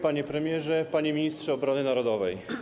Panie Premierze! Panie Ministrze Obrony Narodowej!